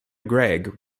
gregg